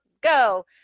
go